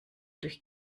durch